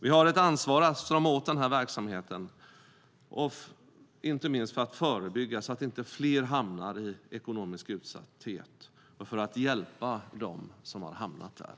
Vi har ett ansvar att strama åt den här verksamheten, inte minst för att förebygga att fler hamnar i ekonomisk utsatthet och för att hjälpa dem som har hamnat där.